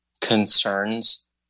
concerns